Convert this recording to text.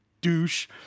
douche